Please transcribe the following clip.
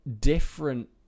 different